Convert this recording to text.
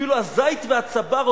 אפילו הזית והצבר,